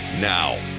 Now